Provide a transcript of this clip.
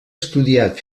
estudiat